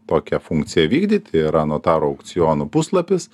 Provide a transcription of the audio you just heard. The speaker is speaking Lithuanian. tokią funkciją vykdyti yra notarų aukcionų puslapis